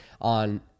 on